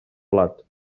blat